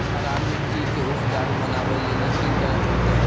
खराब मिट्टी के उपजाऊ बनावे लेली की करे परतै?